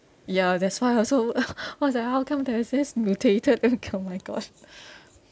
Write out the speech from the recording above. ya that's why I also I was like how come there's this mutated my god